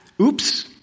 Oops